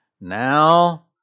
Now